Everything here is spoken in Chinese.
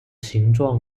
形状